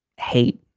hate,